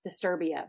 Disturbia